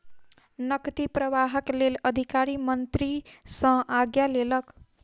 नकदी प्रवाहक लेल अधिकारी मंत्री सॅ आज्ञा लेलक